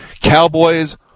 Cowboys